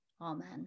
Amen